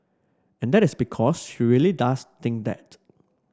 and that is because she really does think that